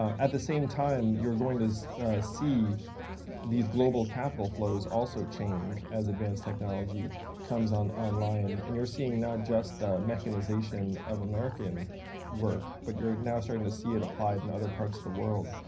um at the same time, you're going to see these global capital flows also change as advanced technology comes online. and you're seeing not just the mechanization of american work, but you're now starting to see it applied in other parts of the world.